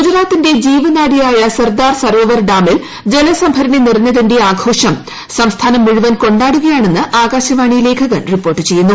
ഗുജറാത്തിന്റെ ജീവനാഡിയായ സർദാർ സരോവർ ഡാമിൽ ജല സംഭരണി നിറഞ്ഞതിന്റെ ആഘോഷം സംസ്ഥാനം മുഴുവൻ കൊ ാടുകയാണെന്ന് ആകാശവാണി ലേഖകൻ റിപ്പോർട്ട് ചെയ്യുന്നു